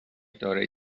دارای